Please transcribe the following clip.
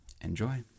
Enjoy